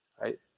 right